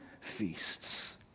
feasts